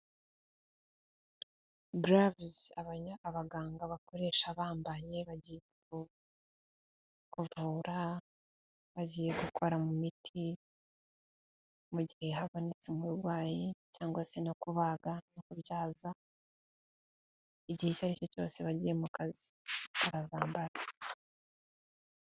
Garavuzi abaganga bakoresha bambaye, bagiye kuvura, bagiye gukora mu miti mu gihe habonetse umurwayi cyangwa se no kubaga no kubyaza, igihe icyo ari cyo cyose bagiye mu kazi bakazamba.